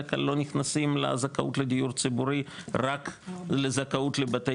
בדרך כלל לא נכנסים לזכאות לדיור ציבורי רק לזכאות לבתי